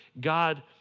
God